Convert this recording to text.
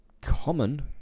Common